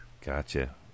Gotcha